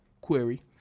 query